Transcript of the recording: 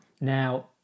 Now